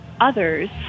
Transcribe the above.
others